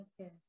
Okay